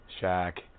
Shaq